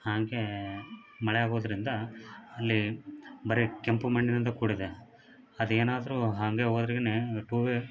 ಹಂಗೆ ಮಳೆ ಆಗೋದ್ರಿಂದ ಅಲ್ಲಿ ಬರೇ ಕೆಂಪು ಮಣ್ಣಿನಿಂದ ಕೂಡಿದೆ ಅದು ಏನಾದರು ಹಂಗೆ ಹೋದ್ರೆಗೆನೆ ಟೂ ವೆ